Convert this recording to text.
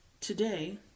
Today